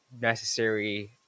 necessary